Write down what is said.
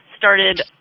started